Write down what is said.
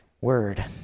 word